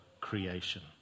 creation